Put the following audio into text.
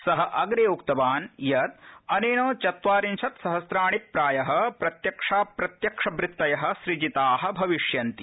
स अग्रे उक्तवान् यत् अनेन चत्वारिंशत् सहस्राणि प्राय प्रत्यक्षाप्रत्यक्ष वृत्तय सृजिता भविष्यन्ति